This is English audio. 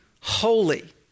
holy